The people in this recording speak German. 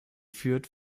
führt